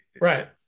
Right